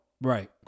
Right